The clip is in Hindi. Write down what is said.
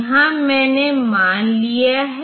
तो इस मामले में हमें यह मिल गया है